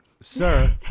sir